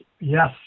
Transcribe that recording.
Yes